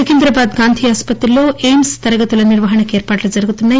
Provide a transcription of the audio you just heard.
సికిందాబాద్ గాంధీ ఆస్పతిలో ఎయిమ్స్ తరగతుల నిర్వహణకు ఏర్పాట్లు జరుగుతున్నాయి